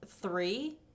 three